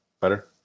Better